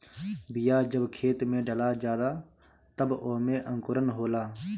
बिया जब खेत में डला जाला तब ओमे अंकुरन होला